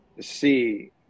see